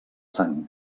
sang